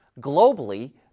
Globally